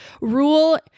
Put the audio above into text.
rule